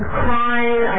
crying